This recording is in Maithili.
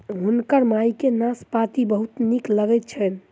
हुनकर माई के नाशपाती बहुत नीक लगैत छैन